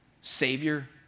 Savior